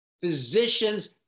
physicians